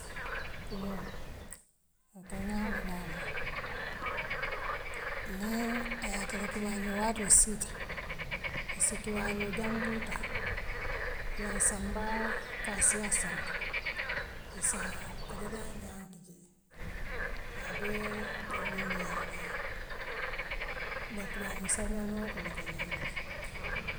Kunoo aka ňaawo dadaale niŋ ayaa tara tubaaňi waatoo siita, issi toubaaňi diamboo taa ya sambaa kaassiaal santo issaa a dadaa ňaa kijee yaa bee tembendi yaa dadaa bari tubaaňi saňaani waatoo lekey ňawoo dadaa.